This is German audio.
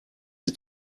sie